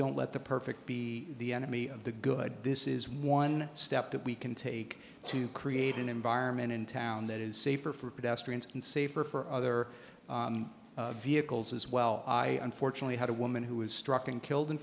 don't let the perfect be the enemy of the good this is one step that we can take to create an environment in town that is safer for pedestrians and safer for other vehicles as well i unfortunately had a woman who was struck and killed in